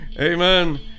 amen